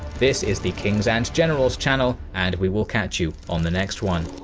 this is the kings and generals channel, and we will catch you on the next one.